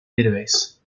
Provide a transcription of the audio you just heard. database